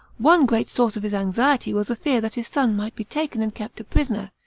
one great source of his anxiety was a fear that his son might be taken and kept prisoner,